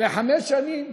לחמש שנים.